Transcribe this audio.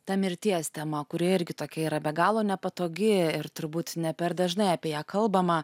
ta mirties tema kuri irgi tokia yra be galo nepatogi ir turbūt ne per dažnai apie ją kalbama